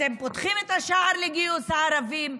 אתם פותחים את השער לגיוס הערבים,